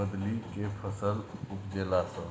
बदलि केँ फसल उपजेला सँ